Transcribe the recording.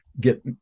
get